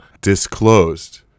disclosed